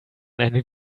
einen